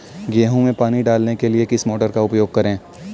गेहूँ में पानी डालने के लिए किस मोटर का उपयोग करें?